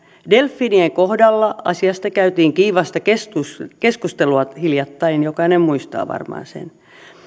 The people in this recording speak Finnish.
delfiinien kohdalla asiasta käytiin kiivasta keskustelua keskustelua hiljattain jokainen muistaa varmaan sen